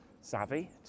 savvy